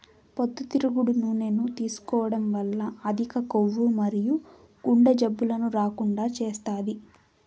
పొద్దుతిరుగుడు నూనెను తీసుకోవడం వల్ల అధిక కొవ్వు మరియు గుండె జబ్బులను రాకుండా చేస్తాది